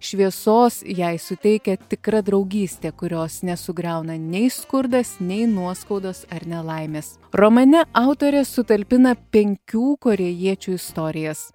šviesos jai suteikia tikra draugystė kurios nesugriauna nei skurdas nei nuoskaudos ar nelaimės romane autorė sutalpina penkių korėjiečių istorijas